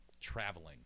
traveling